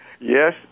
Yes